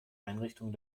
einrichtung